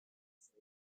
save